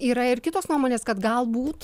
yra ir kitos nuomonės kad galbūt